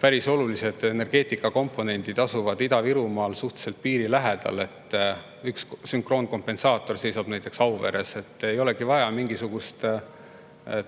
päris olulised energeetikakomponendid Ida-Virumaal suhteliselt piiri lähedal, üks sünkroonkompensaator seisab näiteks Auveres. Ei olegi vaja mingisugust